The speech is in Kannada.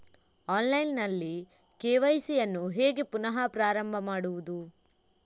ಆನ್ಲೈನ್ ನಲ್ಲಿ ಕೆ.ವೈ.ಸಿ ಯನ್ನು ಹೇಗೆ ಪುನಃ ಪ್ರಾರಂಭ ಮಾಡುವುದು?